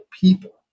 people